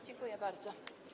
Dziękuję bardzo.